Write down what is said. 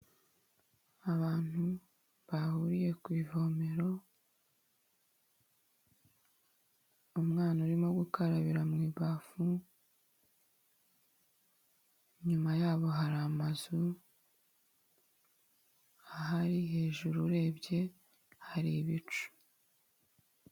Abantu bahuriye ku ivomero, umwana urimo gukarabira mu ibafu inyuma ya hari amazu ahari hejuru urebye hari ibicu.